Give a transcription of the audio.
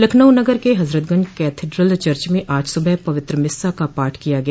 लखनऊ नगर के Hazratganj cathedral church में आज सुबह पवित्र मिस्सा का पाठ किया गया